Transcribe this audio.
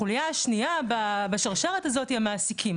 החולייה השנייה בשרשרת הזאת, הם המעסיקים.